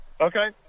Okay